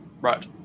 Right